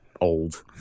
old